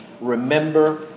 remember